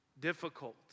difficult